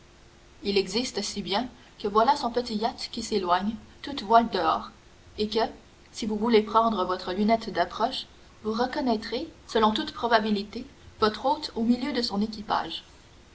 il existe si bien que voilà son petit yacht qui s'éloigne toutes voiles dehors et que si vous voulez prendre votre lunette d'approche vous reconnaîtrez selon toute probabilité votre hôte au milieu de son équipage